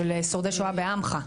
שורדי שואה בעמך.